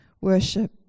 worship